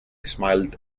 smiled